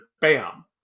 bam